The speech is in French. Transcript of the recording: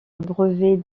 brevet